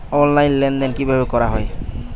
Online লেনদেন কিভাবে করা হয়?